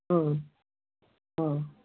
ହଁ ହଁ